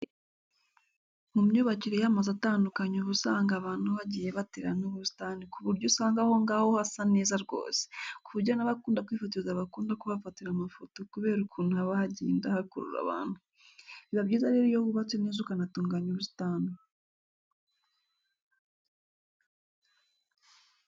Mu myubakire y'amazu atandukanye, uba usanga abantu bagiye batera n'ubusitani ku buryo usanga aho ngaho hasa neza rwose, ku buryo n'abakunda kwifotoza bakunda kuhafatira amafoto kubera ukuntu haba hagenda hakurura abantu. Biba byiza rero iyo wubatse neza ukanatunganya ubusitani.